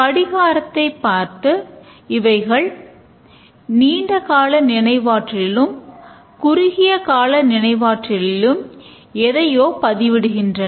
கடிகாரத்தை பார்த்து இவைகள் நீண்டகால நினைவாற்றலிலும் குறுகிய கால நினைவாற்றலிலும் எதையோ பதியப்படுகின்றன